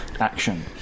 action